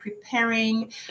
preparing